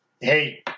hey